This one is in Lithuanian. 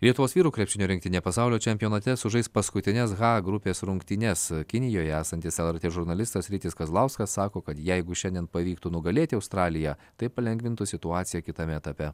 lietuvos vyrų krepšinio rinktinė pasaulio čempionate sužais paskutines h grupės rungtynes kinijoje esantis lrt žurnalistas rytis kazlauskas sako kad jeigu šiandien pavyktų nugalėti australiją tai palengvintų situaciją kitame etape